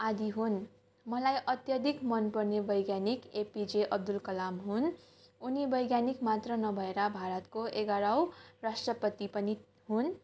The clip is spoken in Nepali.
आदि हुन् मलाई अत्याधिक मनपर्ने वैज्ञानिक A P J Abdul Kalam हुन् उनी वैज्ञानिक मात्र नभएर भारतको एघारौं राष्ट्रपति पनि हुन्